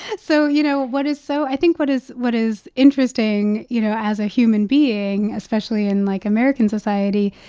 so you know, what is so i think what is what is interesting, you know, as a human being, especially in, like, american society,